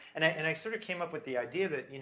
and i, and i sort of came up with the idea that, you know